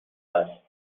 است